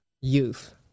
youth